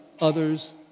others